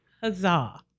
Huzzah